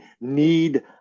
need